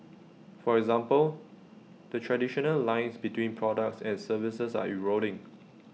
for example the traditional lines between products and services are eroding